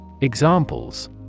Examples